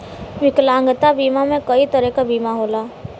विकलांगता बीमा में कई तरे क बीमा होला